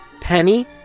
Penny